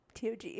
tog